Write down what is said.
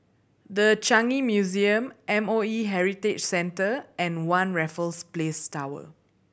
The Changi Museum M O E Heritage Centre and One Raffles Place Tower